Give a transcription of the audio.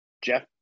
Jeff